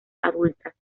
adultas